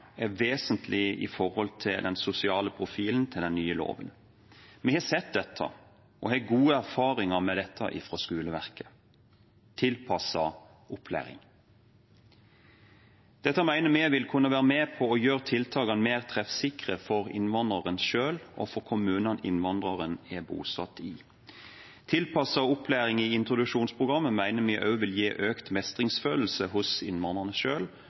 i Kristelig Folkeparti er vesentlig for den sosiale profilen til den nye loven. Vi har sett dette og har gode erfaringer med dette fra skoleverket – tilpasset opplæring. Dette mener vi vil kunne være med på å gjøre tiltakene mer treffsikre for innvandreren selv, og for kommunene innvandreren er bosatt i. Tilpasset opplæring i introduksjonsprogrammet mener vi også vil gi økt mestringsfølelse hos